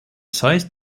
site